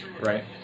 Right